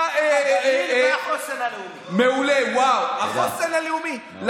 הנגב והגליל והחוסן הלאומי.